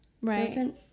Right